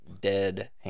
dead